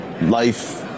life